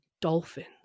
Dolphins